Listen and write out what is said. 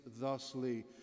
thusly